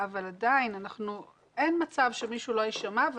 תתנתקי וננסה להתחבר מחדש.